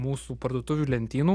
mūsų parduotuvių lentynų